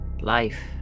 life